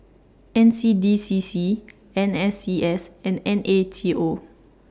N C D C C N S C S and N A T O